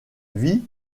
vit